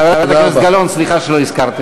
חברת הכנסת גלאון, תודה רבה.